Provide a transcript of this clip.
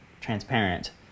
transparent